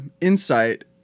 insight